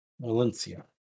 Valencia